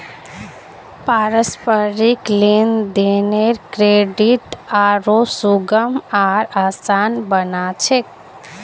पारस्परिक लेन देनेर क्रेडित आरो सुगम आर आसान बना छेक